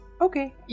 Okay